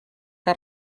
que